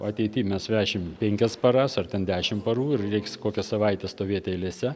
ateity mes vešim penkias paras ar ten dešimt parų ir reiks kokią savaitę stovėt eilėse